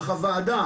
אך הוועדה,